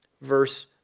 verse